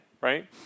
right